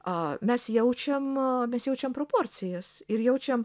a mes jaučiam mes jaučiam proporcijas ir jaučiam